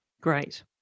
Great